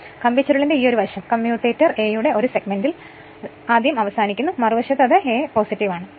അങ്ങനെ കമ്പിച്ചുരുളിന്റെ ഈ ഒരു വശം അതായത് കമ്മ്യൂട്ടേറ്റർ a യുടെ ഒരു സെഗ്മെന്റിൽ ആദ്യം അവസാനിക്കുന്നു മറുവശത്ത് അത് a ആണ്